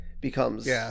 becomes